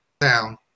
down